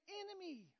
enemy